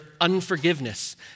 unforgiveness